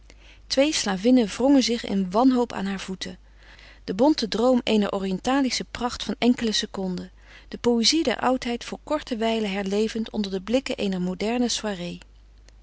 twee slavinnen wrongen zich in wanhoop aan haar voeten de bonte droom eener oriëntalische pracht van enkele seconden de poëzie der oudheid voor korte wijlen herlevend onder de blikken eener moderne soirée